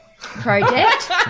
Project